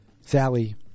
Sally